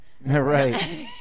Right